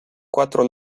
cuatro